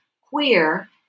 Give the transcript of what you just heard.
queer